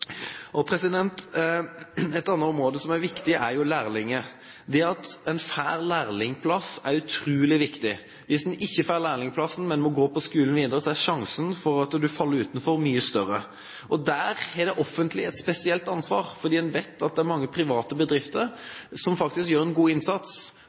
Et annet område som er viktig, er lærlingordningen. Det å få lærlingplass er utrolig viktig. Hvis en ikke får lærlingplassen, men må gå på skolen videre, så er sjansen for å falle utenfor mye større. Der har det offentlige et spesielt ansvar, for vi vet at det er mange private